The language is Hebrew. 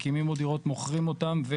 מוכרים אותן,